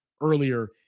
earlier